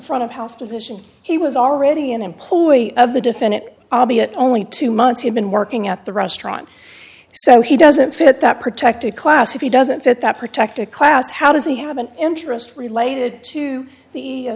front of house position he was already an employee of the defendant albeit only two months had been working at the restaurant so he doesn't fit that protected class if he doesn't fit that protected class how does he have an interest related to the